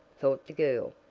thought the girl,